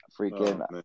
freaking